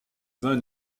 vint